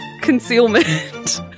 concealment